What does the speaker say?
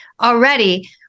already